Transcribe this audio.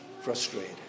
frustrated